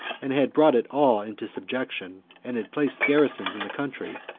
and had brought it all into subjection, and had placed garrisons in the country,